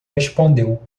respondeu